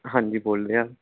ਹਾਂਜੀ ਬੋਲ ਰਿਹਾ